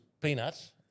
peanuts